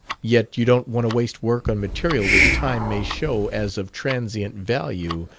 yet you don't want to waste work on material which time may show as of transient value,